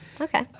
Okay